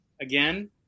Again